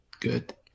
good